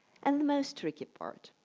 and the most tricky part,